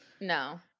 No